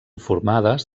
formades